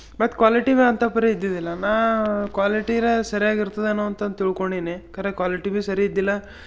ಮತ್ತು ಕ್ವಾಲಿಟಿನೂ ಅಂತ ಪರಿ ಇದ್ದಿದ್ದಿಲ್ಲ ನಾ ಕ್ವಾಲಿಟಿರ ಸರ್ಯಾಗಿ ಇರ್ತದೆ ಏನೋ ಅಂತಂದು ತಿಳ್ಕೊಂಡೀನಿ ಖರೆ ಕ್ವಾಲಿಟಿ ಭಿ ಸರಿ ಇದ್ದಿಲ್ಲ